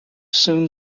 soon